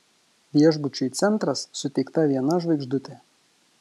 viešbučiui centras suteikta viena žvaigždutė